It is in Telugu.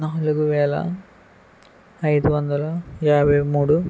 నాలుగు వేల ఐదు వందల యాభై మూడు